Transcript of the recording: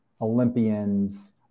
Olympians